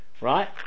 right